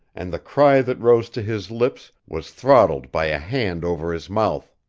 and the cry that rose to his lips was throttled by a hand over his mouth.